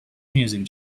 music